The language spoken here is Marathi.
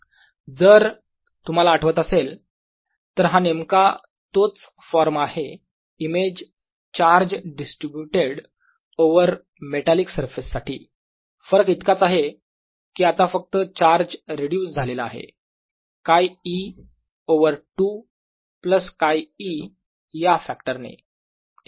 20K1 14π0qdr2d232 r K 1K112πqdr2d232 e2e12πqdr2d232 जर तुम्हाला आठवत असेल तर हा नेमका तोच फॉर्म आहे image charge distributed over metallic surface साठी फरक इतकाच आहे कि आता फक्त चार्ज रिड्यूस झालेला आहे 𝛘e ओवर 2 प्लस 𝛘e या फॅक्टर ने